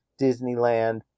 Disneyland